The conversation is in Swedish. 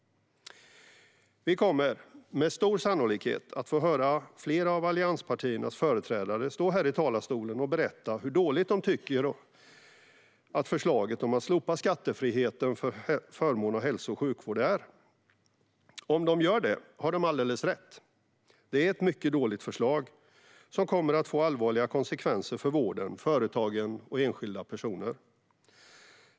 Vi kommer med stor sannolikhet att få höra flera av allianspartiernas företrädare stå här i talarstolen och berätta hur dåligt de tycker att förslaget att slopa skattefriheten för förmån av hälso och sjukvård är. Om de gör detta har de alldeles rätt; det är ett mycket dåligt förslag som kommer att få allvarliga konsekvenser för vården, företagen och enskilda personer.